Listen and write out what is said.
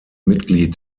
mitglied